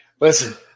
Listen